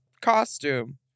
costume